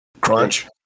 Crunch